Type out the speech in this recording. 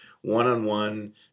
one-on-one